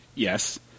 Yes